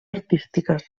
artístiques